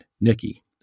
Nikki